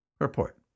Report